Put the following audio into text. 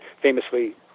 famously